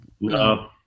No